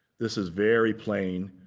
this is very plain.